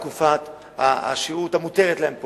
אלה שכבר עברו את תקופת השהות המותרת להם פה,